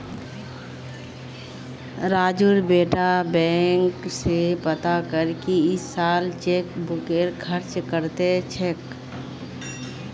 राजू बेटा बैंक स पता कर की इस साल चेकबुकेर खर्च कत्ते छेक